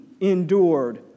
endured